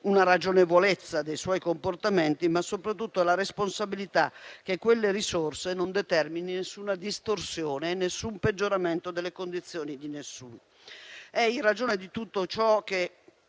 una ragionevolezza dei suoi comportamenti, ma soprattutto la responsabilità che quelle risorse non determinino nessuna distorsione, nessun peggioramento delle condizioni di nessuno. È in ragione di tutto ciò che